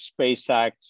SpaceX